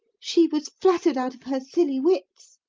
she was flattered out of her silly wits.